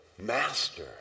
Master